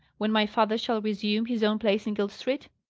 when my father shall resume his own place in guild street?